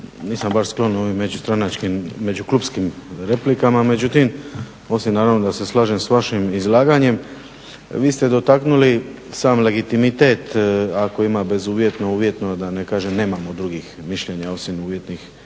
nisam baš sklon ovim međuklupskim replikama, međutim, osim naravno da se slažem s vašim izlaganjem. Vi ste dotaknuli sam legitimitet ako ima bezuvjetnu, uvjetnu da ne kažem nemamo drugih mišljenja osim uvjetnih